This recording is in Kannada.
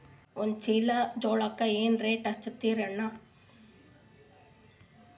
ಒಂದ ಚೀಲಾ ಜೋಳಕ್ಕ ಏನ ರೇಟ್ ಹಚ್ಚತೀರಿ ಅಣ್ಣಾ?